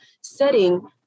setting